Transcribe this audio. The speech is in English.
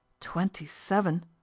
Twenty-seven